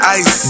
ice